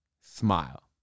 smile